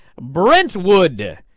Brentwood